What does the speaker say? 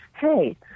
Hey